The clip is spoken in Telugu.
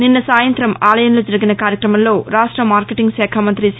నిన్న సాయంత్రం ఆలయంలో జరిగిన కార్యక్రమంలో రాష్ట మార్కెటింగ్ శాఖ మంత్రి సి